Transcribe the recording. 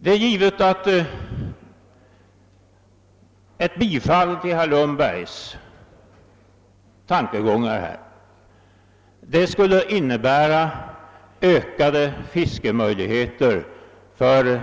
Det är givet att ett bifall till herr Lundbergs förslag skulle innebära ökade fiskemöjligheter för